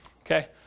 Okay